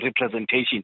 representation